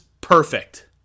perfect